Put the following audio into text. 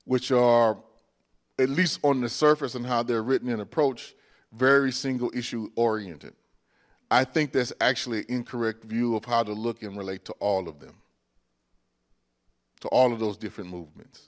which are at least on the surface and how they're written and approach very single issue oriented i think that's actually incorrect view of how to look and relate to all of them to all of those different movements